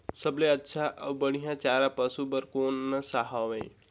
सबले अच्छा अउ बढ़िया चारा पशु बर कोन सा हवय?